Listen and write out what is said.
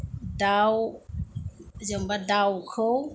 दाव जेन'बा दावखौ